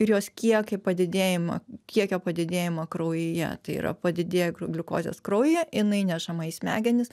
ir jos kiekį padidėjimą kiekio padidėjimą kraujyje tai yra padidėja gliu gliukozės kraujyje jinai nešama į smegenis